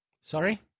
Sorry